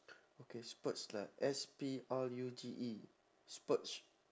okay spurts like S P R U T E spurts